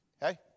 Hey